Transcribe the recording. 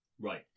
Right